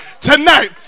tonight